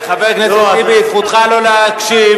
חבר הכנסת טיבי, זכותך לא להקשיב.